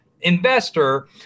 investor